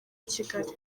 kigali